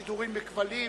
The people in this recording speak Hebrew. שידורים בכבלים,